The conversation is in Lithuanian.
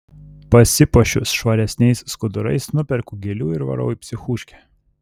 pasipuošiu švaresniais skudurais nuperku gėlių ir varau į psichuškę